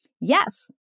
Yes